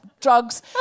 drugs